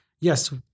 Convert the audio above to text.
yes